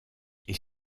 est